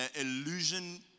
illusion